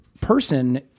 person